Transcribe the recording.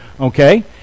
okay